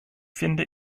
finde